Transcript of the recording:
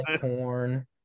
porn